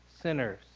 sinners